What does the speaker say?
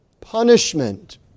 punishment